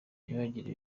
ntibagire